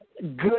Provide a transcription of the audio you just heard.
good